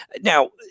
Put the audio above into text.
now